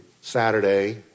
Saturday